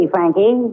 Frankie